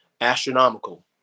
astronomical